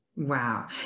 Wow